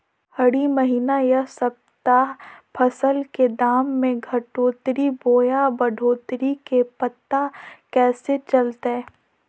हरी महीना यह सप्ताह फसल के दाम में घटोतरी बोया बढ़ोतरी के पता कैसे चलतय?